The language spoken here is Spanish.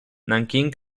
nankín